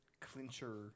clincher